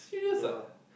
ya